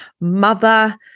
mother